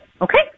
okay